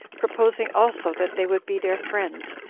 proposing also that they would be their friends,